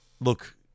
Look